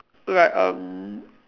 like um